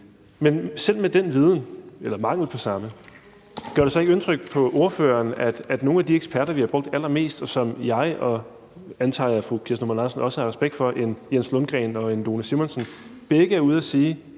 Men selv med den viden eller mangel på samme gør det så ikke indtryk på ordføreren, at nogle af de eksperter, vi har brugt allermest, og som jeg og, antager jeg, fru Kirsten Normann Andersen har respekt for, nemlig Jens Lundgren og Lone Simonsen, er ude at sige,